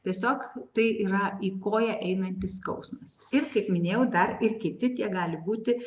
tiesiog tai yra į koją einantis skausmas ir kaip minėjau dar ir kiti kiek gali būti